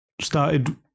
started